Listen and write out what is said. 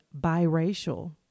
biracial